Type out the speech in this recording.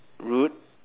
rude